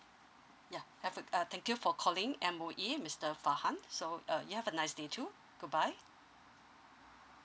yeah have a uh thank you for calling M_O_E mister fahan so uh you have a nice day too good bye